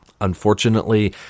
Unfortunately